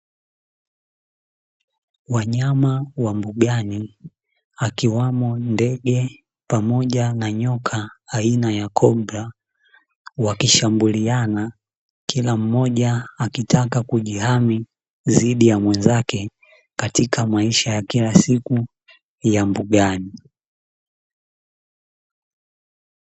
Wanyama wa mbugani akiwemo ndege pamoja na nyoka aina ya kobra, wakishambuliana kila mmoja akitaka kujihami dhidi ya mwenzake katika maisha ya kila siku ya mbugani.